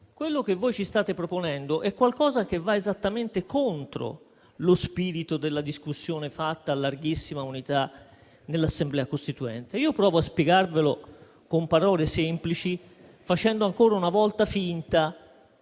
quello che voi ci state proponendo è qualcosa che va esattamente contro lo spirito della discussione fatta a larghissima unità nell'Assemblea costituente. Provo a spiegarvelo con parole semplici, facendo ancora una volta finta